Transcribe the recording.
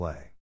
Play